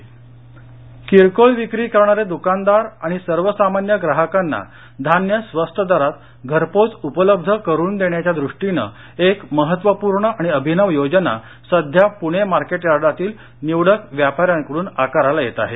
रुवस्तदरात धान्य किरकोळविक्री करणारे दुकानदार आणि सर्वसामान्य ग्राहकांना धान्य स्वस्त दरात घरपोचउपलब्ध करुन देण्याच्या दृष्टीनं एक महत्वपूर्ण आणि अभिनव योजना सध्या पुणेमार्केट यार्डातील निवडक व्यापाऱ्यांकडून आकाराला येत आहे